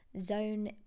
Zone